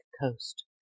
coast